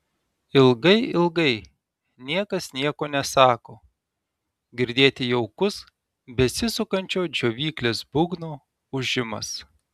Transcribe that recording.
ilgai ilgai niekas nieko nesako girdėti jaukus besisukančio džiovyklės būgno ūžimas